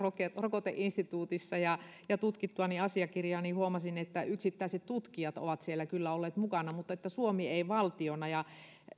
rokoteinstituutissa tutkittuani asiakirjaa huomasin että yksittäiset tutkijat ovat siellä kyllä olleet mukana mutta että suomi ei valtiona